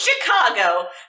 Chicago